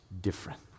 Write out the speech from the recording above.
different